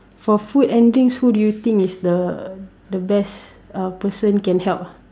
for food and drinks who do you think is the the best uh person can help ah